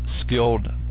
skilled